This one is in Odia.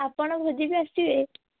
ଆପଣ ଭୋଜିକୁ ଆସିବେ